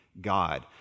God